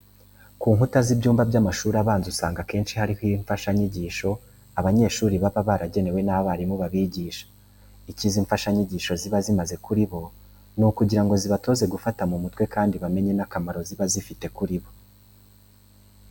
Ku nkuta z'ibyumba by'amashuri abanza usanga akenshi haba hariho imfashanyigisho, abanyeshuri baba baragenewe n'abarimu babigisha. Icyo izi mfashanyigisho ziba zimaze kuri bo, ni ukugira ngo zibatoze gufata mu mutwe kandi bamenye n'akamaro ziba zifite kuri bo.